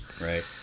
right